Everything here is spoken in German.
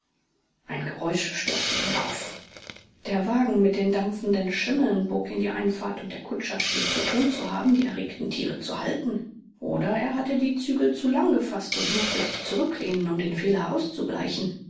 ein geräusch störte ihn auf der wagen mit den dampfenden schimmeln bog in die einfahrt und der kutscher schien zu tun zu haben die erregten tiere zu halten oder er hatte die zügel zu lang gefaßt und mußte sich zurücklehnen um den fehler auszugleichen